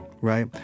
right